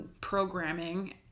programming